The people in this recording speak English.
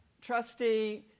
trustee